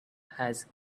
has